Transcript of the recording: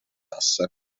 tasse